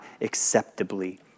acceptably